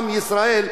עם ישראל,